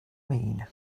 mean